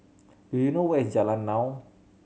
do you know where is Jalan Naung